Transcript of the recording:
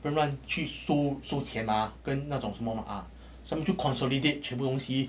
乱乱去收收钱吗跟那种什么吗啊 so 他们就 consolidate 全部东西